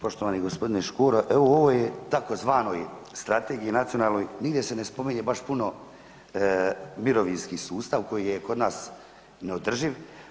Poštovani gospodine Škoro, evo u ovoj tzv. strategiji nacionalnoj nigdje se ne spominje baš puno mirovinski sustav koji je kod nas neodrživ.